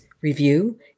review